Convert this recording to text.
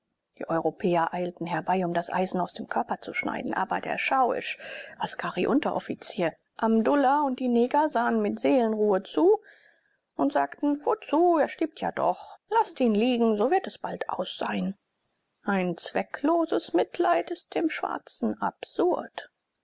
die europäer eilten herbei um das eisen aus dem körper zu schneiden aber der schauisch askariunteroffizier amdullah und die neger sahen mit seelenruhe zu und sagten wozu er stirbt ja doch laßt ihn liegen so wird es bald aus sein ein zweckloses mitleid ist dem schwarzen absurd